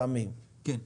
סמי, בבקשה.